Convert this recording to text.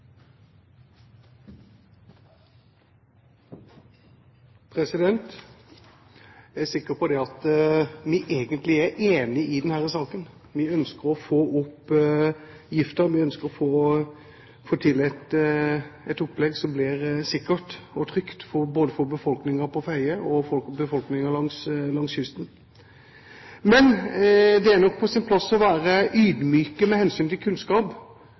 sikker på at vi egentlig er enige i denne saken. Vi ønsker å få opp giften. Vi ønsker å få til et opplegg som blir sikkert og trygt, både for befolkningen på Fedje og befolkningen langs kysten. Men det er nok på sin plass å være ydmyke med hensyn til kunnskap.